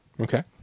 Okay